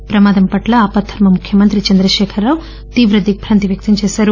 ఈ ప్రమాదం పట్ల ఆపద్దర్మ ముఖ్యమంత్రి చంద్రశేఖరరావు తీవ్ర దిగ్బాంతి వ్యక్తం చేశారు